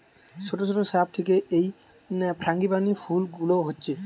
ছোট ছোট শ্রাব থিকে এই ফ্রাঙ্গিপানি ফুল গুলা হচ্ছে